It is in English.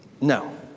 No